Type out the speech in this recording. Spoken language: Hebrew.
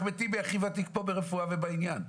אחמד טיבי הכי ותיק פה ברפואה ובעניין.